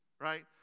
right